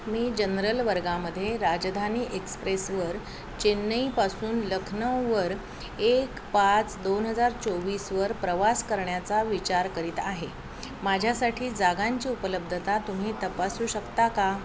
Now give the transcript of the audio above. मी general वर्गामध्ये राजधानी एक्सप्रेसवर चेन्नईपासून लखनौवर एक पाच दोन हजार चोवीसवर प्रवास करण्याचा विचार करीत आहे माझ्यासाठी जागांची उपलब्धता तुम्ही तपासू शकता का